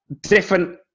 different